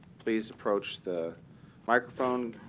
please approach the microphone,